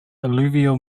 alluvial